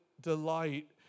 delight